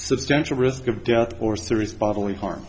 substantial risk of death or serious bodily harm